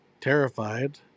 terrified